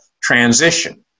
transition